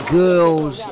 girls